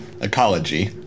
ecology